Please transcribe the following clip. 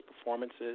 performances